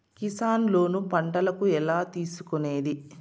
Kisan loan పంటలకు ఎలా తీసుకొనేది?